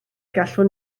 gallwn